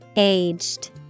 Aged